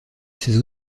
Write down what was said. ces